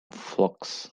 flocks